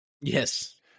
Yes